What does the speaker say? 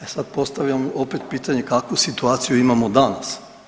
E sad postavljam opet pitanje kakvu situaciju imamo danas?